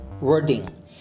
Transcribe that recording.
wording